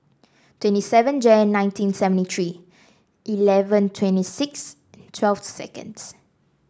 twenty seven Jan nineteen seventy three eleven twenty six twelve seconds